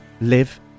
live